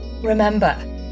Remember